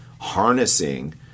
harnessing